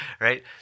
right